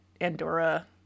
Andorra